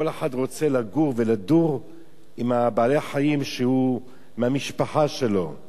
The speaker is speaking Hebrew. כל אחד רוצה לגור ולדור עם בעלי-החיים שהם מהמשפחה שלו,